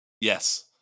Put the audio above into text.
Yes